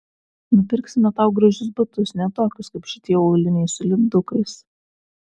nupirksime tau gražius batus ne tokius kaip šitie auliniai su lipdukais